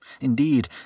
Indeed